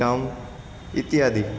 સ્ટમ ઇતિહાદી